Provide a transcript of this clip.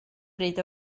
bryd